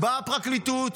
באה הפרקליטות